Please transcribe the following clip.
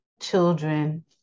children